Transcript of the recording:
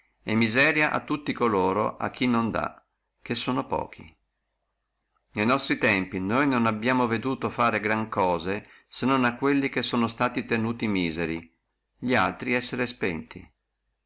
e miseria a tutti coloro a chi non dà che sono pochi ne nostri tempi noi non abbiamo veduto fare gran cose se non a quelli che sono stati tenuti miseri li altri essere spenti